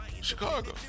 Chicago